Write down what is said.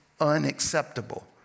unacceptable